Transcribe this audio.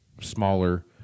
smaller